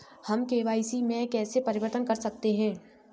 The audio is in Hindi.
हम के.वाई.सी में कैसे परिवर्तन कर सकते हैं?